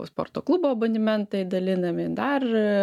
sporto klubo abonementai dalinami dar